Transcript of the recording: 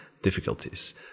difficulties